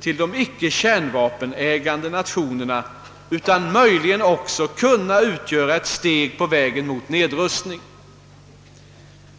till de icke kärnvapenägande nationerna utan möjligen också kunna utgöra ett steg på vägen mot nedrustning.